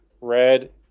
red